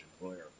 employer